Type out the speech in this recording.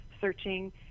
searching